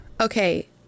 Okay